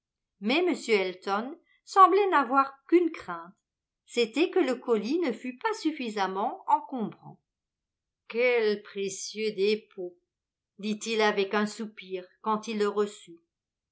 mais m elton semblait n'avoir qu'une crainte c'était que le colis ne fût pas suffisamment encombrant quel précieux dépôt dit-il avec un soupir quand il le reçut